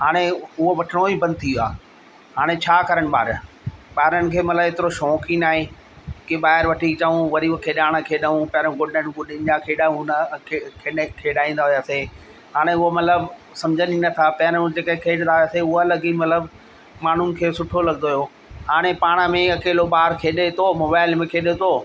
हाणे उहो वठिणो ई बंदि थी वियो आहे हाणे छा करनि ॿार ॿारनि खे मतिलबु एतिरो शौक़ ई नाहे के ॿाहिरि वठी अचूं वरी उहे खेॾाणा खेॾऊं पहिरियों गुॾनि गुॾियुनि जा खेॾ हू खे खे खेॾाईंदा हुयासीं हाणे मतिलबु समुझनि ई नथा पहिरियों जेके खेॾंदा हुआसीं उहो अलॻि ई मतिलबु माण्हुनि खे सुठो लॻंदो हुयो हाणे पाण में अकेलो ॿार खेॾे थो मोबाइल में खेॾे थो